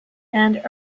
and